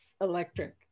electric